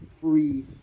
free